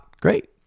Great